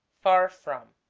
far from